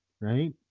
right